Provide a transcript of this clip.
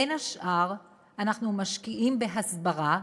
בין השאר, אנחנו משקיעים בהסברה,